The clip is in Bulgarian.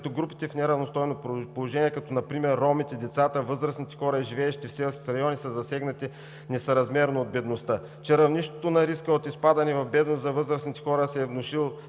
като групите в неравностойно положение, например ромите, децата, възрастните хора и живеещи в селските райони са засегнати несъразмерно от бедността, че равнището на риска от изпадане в бедност за възрастните хора се е влошил